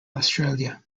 australia